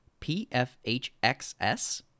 PFHXS